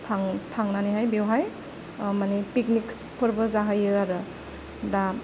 थां थांनानैहाय बेयावहाय माने पिकनिक्सफोरबो जाहैयो आरो दा